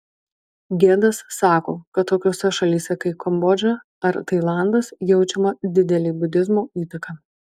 gedas sako kad tokiose šalyse kaip kambodža ar tailandas jaučiama didelė budizmo įtaka